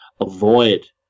avoid